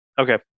Okay